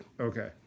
Okay